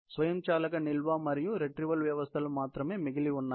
స్వయంచాలక నిల్వ మరియు రిట్రీవల్ వ్యవస్థలు మాత్రమే మిగిలి ఉన్నాయి